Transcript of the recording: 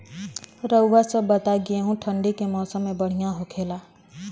रउआ सभ बताई गेहूँ ठंडी के मौसम में बढ़ियां होखेला?